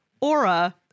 aura